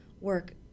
work